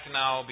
now